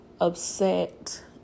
upset